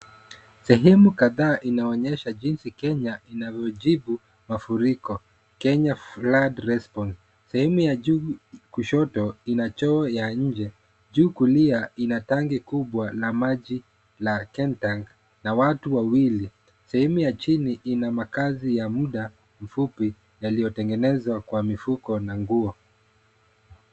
Sehemu kadhaa inaonyesha jinsi Kenya inavyojibu mafuriko, Kenya flood response .Sehemu ya juu kushoto ina choo ya nje ,juu kulia ina tanki kubwa la maji la kentank na watu wawili. Sehemu ya chini ina makazi ya muda mfupi yaliyotegenezwa kwa mifuko na nguo.